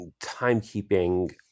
timekeeping